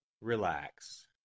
Relax